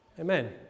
Amen